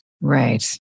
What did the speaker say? right